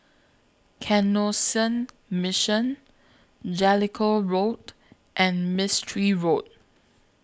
Canossian Mission Jellicoe Road and Mistri Road